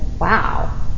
wow